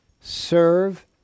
Serve